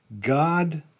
God